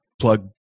plug